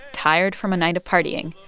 tired from a night of partying,